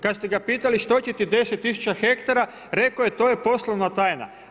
Kad ste ga pitali što će ti 10000 hektara, rekao je to je poslovna tajna.